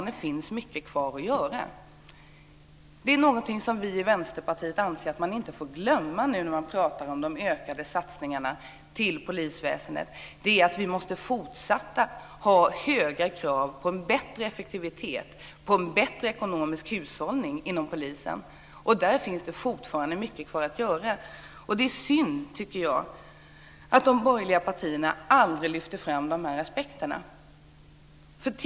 När man pratar om de ökade satsningarna till polisväsendet är det någonting som vi i Vänsterpartiet anser att man inte får glömma bort, och det är att vi måste fortsätta att ha höga krav på en bättre effektivitet och bättre ekonomisk hushållning. Där finns det fortfarande mycket kvar att göra. Jag tycker att det är synd att de borgerliga partierna aldrig lyfter fram dessa aspekter.